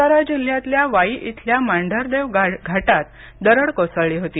सातारा जिल्ह्यात वाई इथल्या मांढरदेव घाटात दरड़ कोसळली होती